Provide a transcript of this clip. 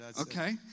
Okay